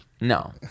no